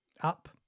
Up